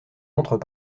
entrent